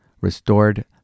restored